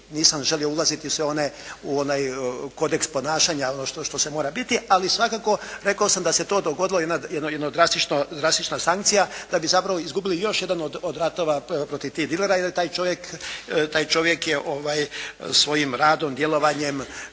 Nisam želio ulaziti u onaj kodeks ponašanja ono što se mora biti ali svakako rekao sam da se to dogodilo jedna drastična sankcija da bi zapravo izgubili još jedan od ratova protiv tih dilera i da taj čovjek je svojim radom, djelovanjem